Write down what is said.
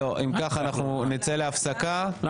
הממשלה להקדמת הדיון בהצעת חוק הרבנות הראשית לישראל